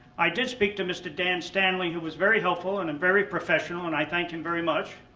i did speak to mr. dan stanley who was very helpful and and very professional, and i thank him very much.